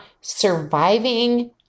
surviving